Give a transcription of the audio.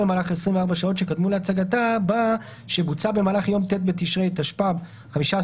במהלך 24 השעות שקדמו להצגתה" בא "שבוצעה במהלך יום ט' בתשרי התשפ"ב (15